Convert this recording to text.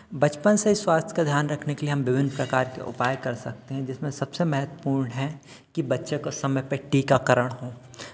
बचपन से स्वास्थ्य का ध्यान रखने के लिए हम विभिन्न प्रकार के उपाय कर सकते हैं जिसमें सबसे महत्वपूर्ण है कि बच्चे को समय पे टीकाकारण हो